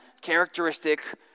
characteristic